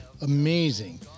Amazing